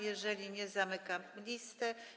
Jeżeli nikt, zamykam listę.